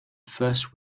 first